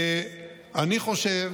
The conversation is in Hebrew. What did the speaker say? אני חושב